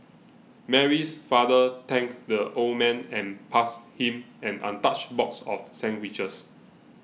Mary's father thanked the old man and passed him an untouched box of sandwiches